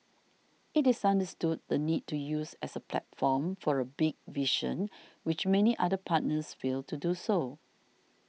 it is understood the need to use as a platform for a big vision which many other partners fail to do so